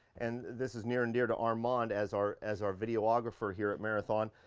and this is near and dear to armand as our as our videographer here at marathon.